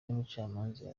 umucamanza